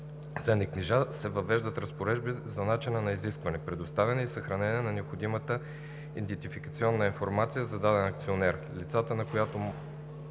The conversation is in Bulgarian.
ценни книжа се въвеждат разпоредби за начина на изискване, предоставяне и съхранение на необходимата идентификационна информация за даден акционер, лицата, на които може